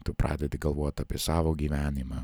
tu pradedi galvot apie savo gyvenimą